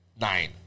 nine